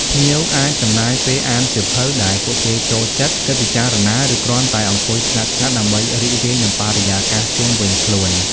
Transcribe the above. ភ្ញៀវអាចចំណាយពេលអានសៀវភៅដែលពួកគេចូលចិត្ត គិតពិចារណា ឬគ្រាន់តែអង្គុយស្ងាត់ៗដើម្បីរីករាយនឹងបរិយាកាសជុំវិញខ្លួន។